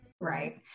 Right